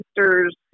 Sisters